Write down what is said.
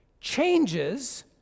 changes